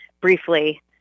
briefly